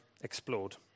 explored